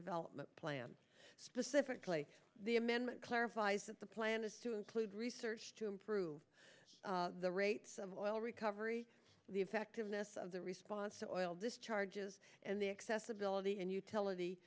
development plan specifically the amendment clarifies that the plan is to include research to improve the rates of oil recovery the effectiveness of the response to all this charges and the accessibility and utility